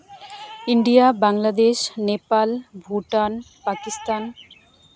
India Bangladesh Nepal Bhutan Pakistan